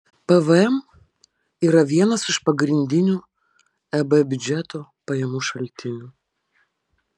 pvm yra vienas iš pagrindinių eb biudžeto pajamų šaltinių